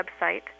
website